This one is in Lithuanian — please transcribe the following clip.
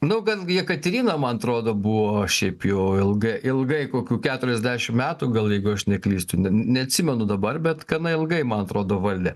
nu gal jekaterina man atrodo buvo šiaip jau ilgai ilgai kokių keturiasdešim metų gal jeigu aš neklystu net neatsimenu dabar bet gana ilgai man atrodo valdė